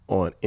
on